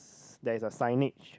there's a signage